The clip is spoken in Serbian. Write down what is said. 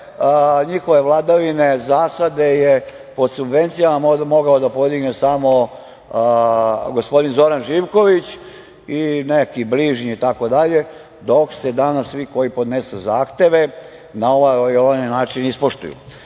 njihove vladavine zasade je pod subvencijama mogao da podigne samo gospodin Zoran Živković i neki bližnji itd, dok se danas svi koji podnesu zahteve na ovaj ili onaj